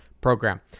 program